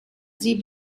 sie